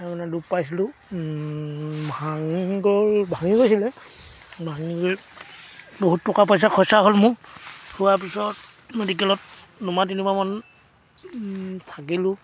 তাৰমানে দুখ পাইছিলোঁ ভাঙি গ'ল ভাঙি গৈছিলে ভাঙিলে বহুত টকা পইচা খৰচা হ'ল মোৰ হোৱাৰ পিছত মেডিকেলত নমাহ তিনিমাহামান থাকিলোঁ